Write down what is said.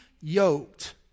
yoked